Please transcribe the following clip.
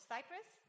Cyprus